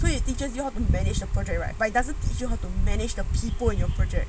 so it teaches you how to manage the project right but it doesn't teach you how to manage the people in your project